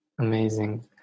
amazing